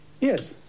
Yes